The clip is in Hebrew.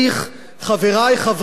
חברי חברי הכנסת,